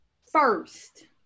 First